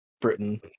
Britain